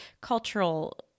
cultural